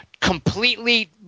completely